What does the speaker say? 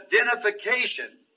identification